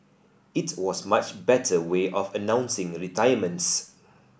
it was much better way of announcing retirements